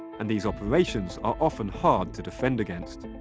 and these operations are often hard to defend against.